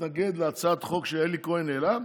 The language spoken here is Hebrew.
להתנגד להצעת חוק שאלי כהן העלה.